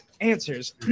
answers